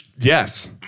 Yes